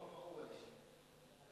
אני